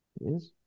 Yes